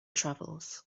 travels